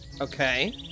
Okay